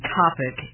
topic